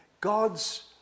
God's